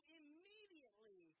immediately